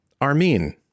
Armin